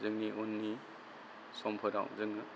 जोंनि उननि समफोराव जोङो